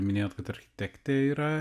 minėjot kad architektė yra